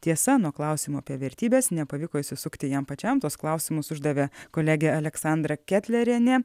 tiesa nuo klausimo apie vertybes nepavyko išsisukti jam pačiam tuos klausimus uždavė kolegė aleksandra ketlerienė